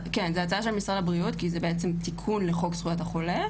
כן זו הצעה של משרד הבריאות כי זה בעצם תיקון לחוק זכויות החולה.